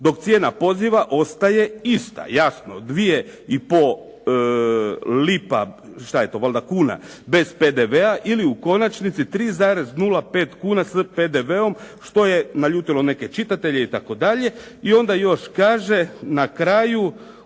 Dok cijena poziva ostaje ista, jasno, 2,5 kuna bez PDV-a ili u konačnici 3,05 kuna s PDV-om što je naljutilo neke čitatelje itd. I onda još kaže na kraju